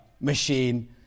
machine